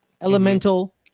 Elemental